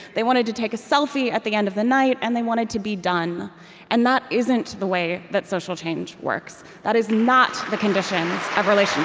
they wanted to take a selfie at the end of the night. and they wanted to be done and that isn't the way that social change works that is not the conditions of relationships